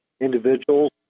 individuals